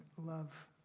love